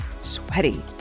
sweaty